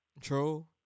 True